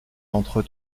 entre